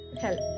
help